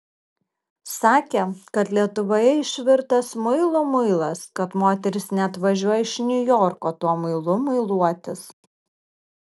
sakė kad lietuvoje išvirtas muilų muilas kad moterys net važiuoja iš niujorko tuo muilu muiluotis